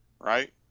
right